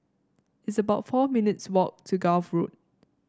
it's about four minutes' walk to Gul Road